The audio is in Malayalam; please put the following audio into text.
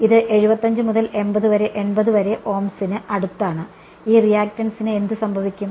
ഇത് 75 മുതൽ 80 വരെ ഓംസിന് അടുത്താണ് ഈ റിയാക്റ്റൻസിന് എന്ത് സംഭവിക്കും